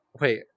Wait